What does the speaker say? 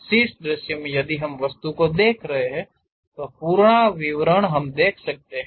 शीर्ष दृश्य में यदि हम वस्तु को देख रहे हैं तो पूरा विवरण हम देख सकते हैं